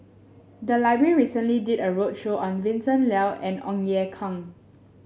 the library recently did a roadshow on Vincent Leow and Ong Ye Kung